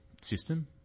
system